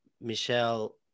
Michelle